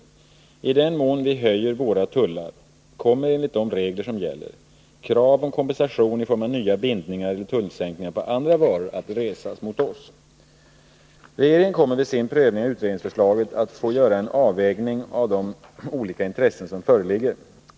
I den mån vi höjer våra tullar kommer enligt de regler som gäller krav om kompensation i form av nya bindningar eller tullsänkningar på andra varor att resas mot oss. Regeringen kommer vid sin prövning av utredningsförslaget att få göra en avvägning av de olika intressen som föreligger.